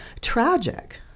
tragic